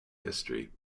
history